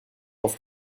auf